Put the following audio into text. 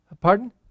Pardon